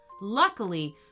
luckily